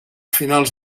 finals